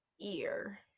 ear